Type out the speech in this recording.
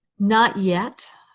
not yet.